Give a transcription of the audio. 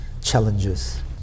challenges